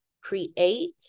create